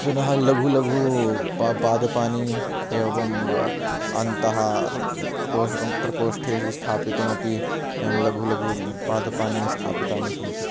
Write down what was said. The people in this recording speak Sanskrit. पुनः लघुलघुपापादपानि एवम् अन्तः कोष् प्रकोष्ठेषु स्थापितुम् अपि एवं लघुलघुपादपानि स्थापितानि सन्ति